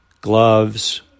gloves